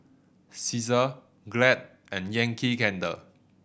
Cesar Glad and Yankee Candle